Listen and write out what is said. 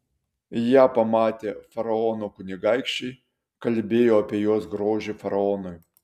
ją pamatę faraono kunigaikščiai kalbėjo apie jos grožį faraonui